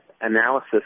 analysis